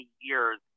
years